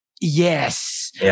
yes